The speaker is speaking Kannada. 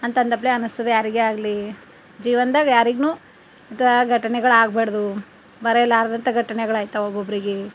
ಅಂತಂದಪ್ಲೆ ಅನಿಸ್ತದೆ ಯಾರಿಗೇ ಆಗಲಿ ಜೀವನದಾಗ್ ಯಾರಿಗು ಇಂಥ ಘಟನೆಗಳಾಗ್ಬಾರ್ದು ಮರೆಯಲಾರದಂತ ಘಟನೆಗಳ್ ಆಯ್ತವ ಒಬ್ಬೊಬ್ಬರಿಗೆ